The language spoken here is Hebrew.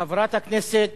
חברת הכנסת